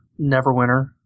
Neverwinter